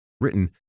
Written